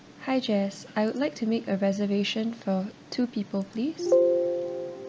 hi jess I would like to make a reservation for two people please